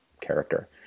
character